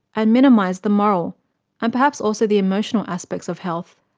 and minimise the moral and perhaps also the emotional aspects of health.